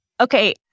Okay